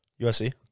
USC